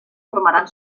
formaran